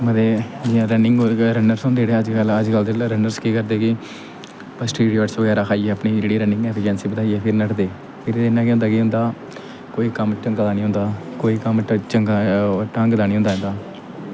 जियां रनिंग होई रन्नरस होंदे जेह्ड़े अज्ज कल अज्ज कल दे रन्नरस केह् करदे कि पसटिरियड़स बगैरा खाइयै अपनी जेह्ड़ी रनिं ग ऐ ऐफीसेंसी बधाइयै फ्ही नठदे फिर एह्दे नै केह् होंदा कि उं'दा कोई कम्म ढंग दा निं होंदा इं'दा कोई कम्म चंगा ढंग दा निं होंदा इं'दा